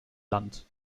land